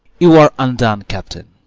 you are undone, captain,